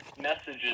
messages